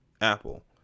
Apple